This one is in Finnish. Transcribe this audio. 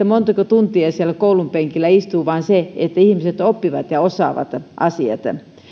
montako tuntia siellä koulun penkillä istuu vaan se että ihmiset oppivat ja osaavat asiat